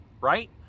right